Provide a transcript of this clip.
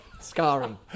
scarring